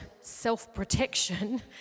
self-protection